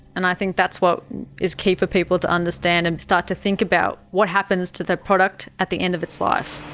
and i think that's what is key for people to understand and start to think about, what happens to that product at the end of its life.